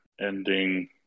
ending